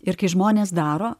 ir kai žmonės daro